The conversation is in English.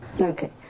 Okay